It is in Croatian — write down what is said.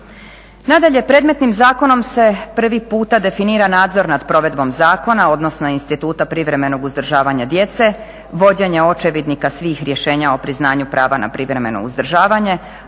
Nadalje, predmetnim zakonom se prvi puta definira nadzor nad provedbom zakona, odnosno instituta privremenog uzdržavanja djece, vođenja očevidnika svih rješenja o priznanju prava na privremeno uzdržavanje,